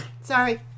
Sorry